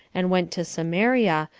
and went to samaria,